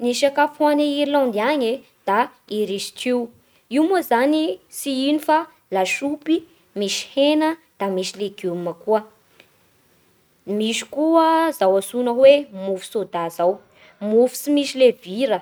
Ny sakafo agny Irlandy agny e da Irish stew. Io moa zany tsy ino fa lasopy misy hena da misy legioma koa. Misy koa zao antsoina hoe mofo sôda izao: mofo tsy misy levira.